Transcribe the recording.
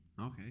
Okay